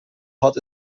hart